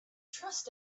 trust